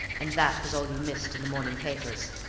and that was all you missed in the morning papers.